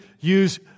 use